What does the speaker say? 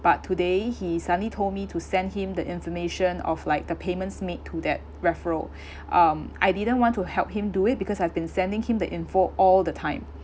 but today he suddenly told me to send him the information of like the payments made to that referral um I didn't want to help him do it because I've been sending him the info all the time